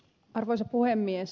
arvoisa puhemies